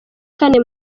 kane